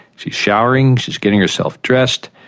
she's showering, she is getting herself dressed,